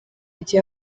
gihe